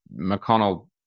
McConnell